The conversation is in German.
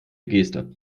geste